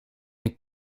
een